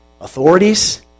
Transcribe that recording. authorities